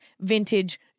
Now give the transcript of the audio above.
vintage